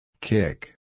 Kick